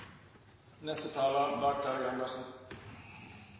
neste taler,